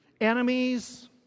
enemies